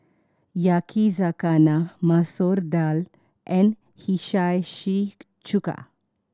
Yakizakana Masoor Dal and Hiyashi Chuka